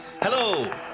Hello